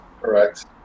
Correct